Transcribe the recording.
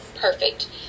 perfect